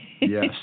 Yes